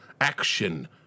Action